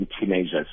teenagers